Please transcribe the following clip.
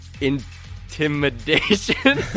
intimidation